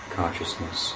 consciousness